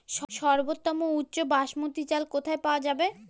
সর্বোওম উচ্চ বাসমতী চাল কোথায় পওয়া যাবে?